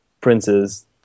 Prince's